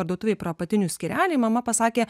parduotuvėj pro apatinių skyrelį mama pasakė